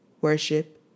worship